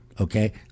okay